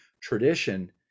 tradition